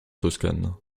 toscane